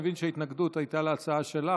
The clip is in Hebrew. אני מבין שההתנגדות הייתה להצעה שלך,